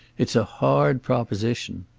it's a hard proposition.